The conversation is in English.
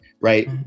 right